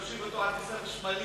להושיב אותו על כיסא חשמלי,